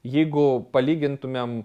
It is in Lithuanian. jeigu palygintumėm